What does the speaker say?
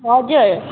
हजुर